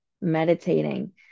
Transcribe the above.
meditating